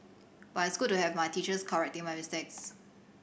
but it's good to have my teachers correcting my mistakes